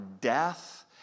death